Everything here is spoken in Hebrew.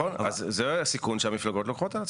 נכון, זה הסיכון שהמפלגות לוקחות על עצמן.